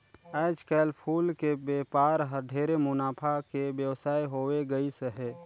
आयज कायल फूल के बेपार हर ढेरे मुनाफा के बेवसाय होवे गईस हे